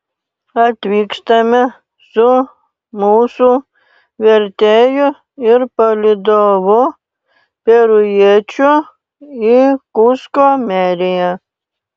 atvykstame su mūsų vertėju ir palydovu perujiečiu į kusko meriją